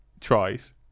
tries